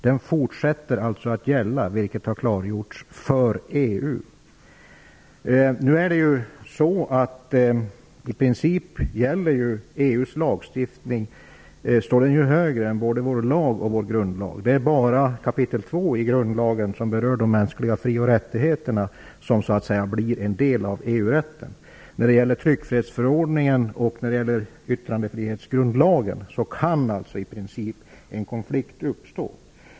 Den fortsätter att gälla, vilket har klargjorts för EU. Men i princip står EU:s lagstiftning högre än både vår lag och vår grundlag. Det är bara kapitel två i grundlagen, som berör de mänskliga fri och rättigheterna, som blir en del av EU-rätten. Det kan i princip uppstå en konflikt i fråga om tryckfrihetsförordningen och yttrandefrihetsgrundlagen.